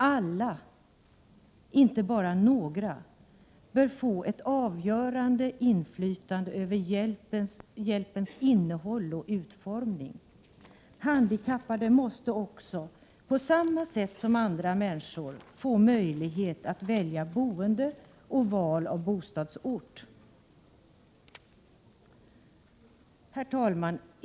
Alla, inte bara några, bör få ett avgörande inflytande över hjälpens innehåll och utformning. Handikappade måste också på samma sätt som andra människor få möjlighet att välja boende och bostadsort. Herr talman!